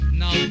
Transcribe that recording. now